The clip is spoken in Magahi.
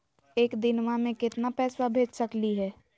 एक दिनवा मे केतना पैसवा भेज सकली हे?